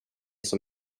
som